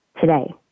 today